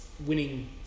winning